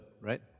right